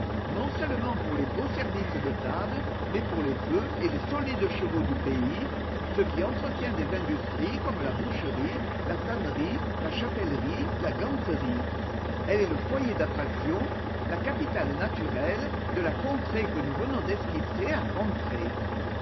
non seulement pour les beaux services de table mais pour les bœufs et les solides chevaux du pays ce qui entretient des industries comme la boucherie la tannerie la chapellerie la ganterie elle est le foyer d'attraction la capitale naturelle de la contrée que nous venons d'esquisser à grands traits